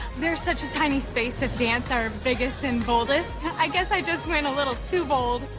there's such a tiny space to dance our biggest and boldest. i guess i just went a little too bold.